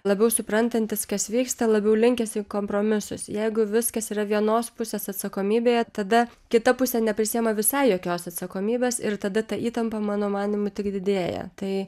labiau suprantantis kas vyksta labiau linkęs į kompromisus jeigu viskas yra vienos pusės atsakomybė tada kita pusė neprisiima visai jokios atsakomybės ir tada ta įtampa mano manymu tik didėja tai